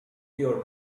your